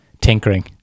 tinkering